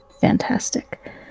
Fantastic